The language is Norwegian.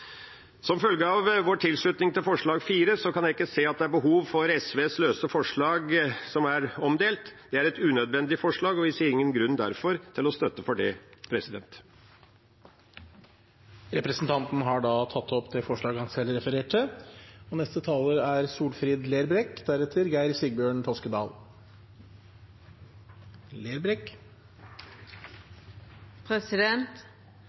Som følge av vår tilslutning til forslag nr. 4, kan jeg ikke se at det er behov for SVs løse forslag, som er omdelt. Det er et unødvendig forslag, og vi ser derfor ingen grunn til å støtte det. Representanten Per Olaf Lundteigen har tatt opp forslaget han refererte